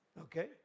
Okay